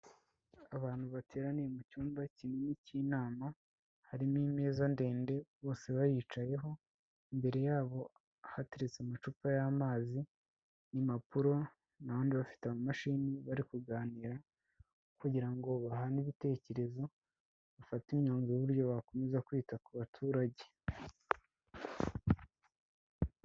Abantu bateraniye mu cyumba kinini cy'inama, harimo imeza ndende bose bayicayeho, imbere yabo hateretse amacupa y'amazi n'impapuro, n'abandi bafite ama mashini bari kuganira, kugira ngo bahane ibitekerezo, bafate imyanzuro y'uburyo bakomeza kwita ku baturage.